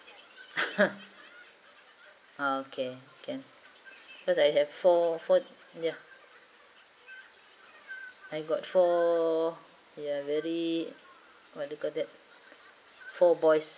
okay can because I have four foot yeah I got four ya very what you call that four boys